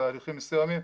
בתהליכים מסוימים,